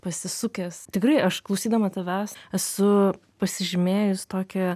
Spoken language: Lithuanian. pasisukęs tikrai aš klausydama tavęs esu pasižymėjus tokią